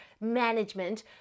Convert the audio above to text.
management